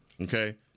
Okay